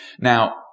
Now